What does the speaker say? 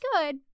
good